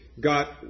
got